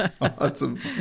Awesome